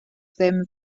ddim